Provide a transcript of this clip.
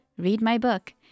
readmybook